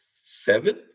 seven